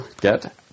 get